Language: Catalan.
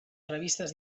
revistes